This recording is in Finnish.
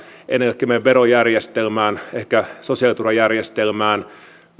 ennen kaikkea meidän verojärjestelmään ehkä sosiaaliturvajärjestelmään